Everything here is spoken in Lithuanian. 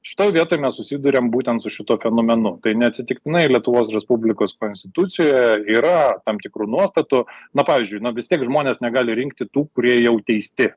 šitoj vietoj mes susiduriam būtent su šituo fenomenu tai neatsitiktinai lietuvos respublikos konstitucijoje yra tam tikrų nuostatų na pavyzdžiui na vis tiek žmonės negali rinkti tų kurie jau teisti